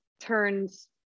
turns